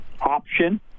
option